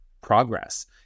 progress